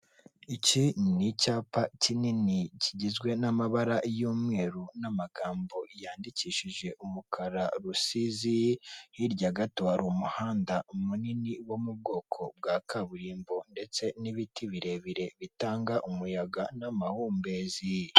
Iki ni icyapa kinini kigizwe n'amabara y'umweru n'amagambo yandikishije umukara Rusizi hirya gato hari umuhanda munini wo mu bwoko bwa kaburimbo ndetse n'ibiti birebire bitanga umuyaga n'amahumbezi.